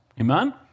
Amen